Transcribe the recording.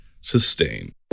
sustain